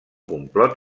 complot